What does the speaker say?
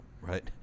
right